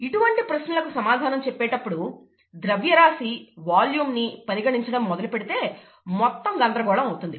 ఇటువంటి ప్రశ్నలకు సమాధానం చెప్పేటప్పుడు ద్రవ్యరాశి వాల్యూంని పరిగణించడం మొదలు పెడితే మొత్తం గందరగోళం అవుతుంది